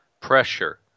pressure